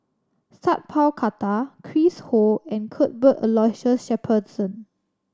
Sat Pal Khattar Chris Ho and Cuthbert Aloysius Shepherdson